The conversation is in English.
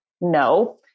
No